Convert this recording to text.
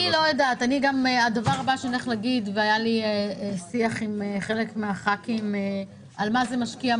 היה לי שיח עם חלק מהח"כים על השאלה מי זה משקיע.